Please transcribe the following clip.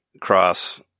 cross